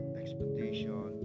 expectation